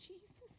Jesus